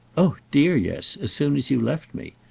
oh dear, yes as soon as you left me.